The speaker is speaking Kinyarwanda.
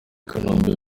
kanombe